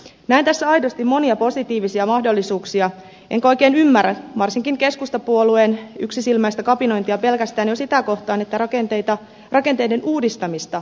näen tässä aidosti monia positiivisia mahdollisuuksia enkä oikein ymmärrä varsinkaan keskustapuolueen yksisilmäistä kapinointia pelkästään jo sitä kohtaan että rakenteiden uudistamista suunnitellaan